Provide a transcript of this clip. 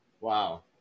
wow